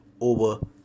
over